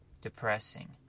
depressing